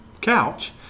couch